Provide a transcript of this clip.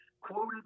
quoted